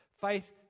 Faith